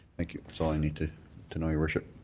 thank you. that's all i need to to know, your worship.